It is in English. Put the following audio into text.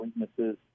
weaknesses